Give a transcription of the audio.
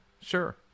sure